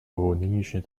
нынешней